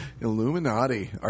Illuminati